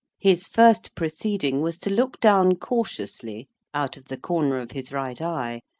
his first proceeding was to look down cautiously out of the corner of his right eye,